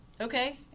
okay